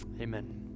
amen